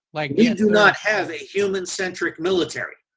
like yeah do not have a human centric military.